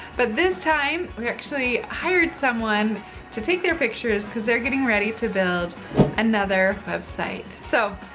but this time we actually hired someone to take their pictures, cause they're getting ready to build another website. so,